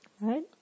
Right